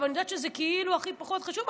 אני יודעת שזה כאילו הכי פחות חשוב,